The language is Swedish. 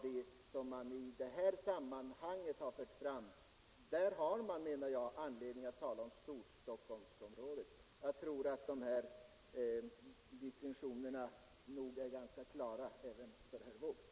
I det sammanhanget har man haft anledning att tala om Stockholmsområdet. Jag tror nog att distinktionerna är ganska klara även för herr Wååg.